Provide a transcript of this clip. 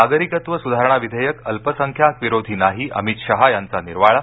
नागरिकत्व सुधारणा विधेयक अल्पसंख्याक विरोधी नाही अमित शहा यांचा निर्वाळा